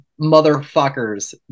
motherfuckers